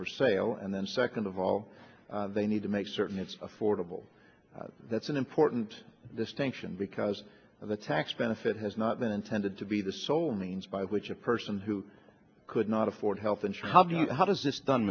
for sale and then second of all they need to make certain it's affordable that's an important distinction because the tax benefit has not been intended to be the sole means by which a person who could not afford health insurance how does it's done